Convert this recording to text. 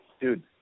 dude